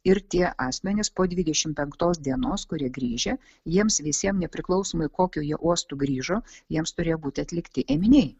ir tie asmenys po dvidešimt penktos dienos kurie grįžę jiems visiem nepriklausomai kokiu jie uostu grįžo jiems turėjo būti atlikti ėminiai